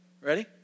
Ready